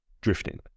drifting